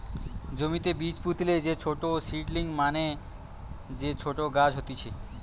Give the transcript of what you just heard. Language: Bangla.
জমিতে বীজ পুতলে যে ছোট সীডলিং মানে যে ছোট গাছ হতিছে